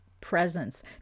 presence